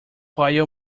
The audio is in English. bio